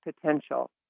potential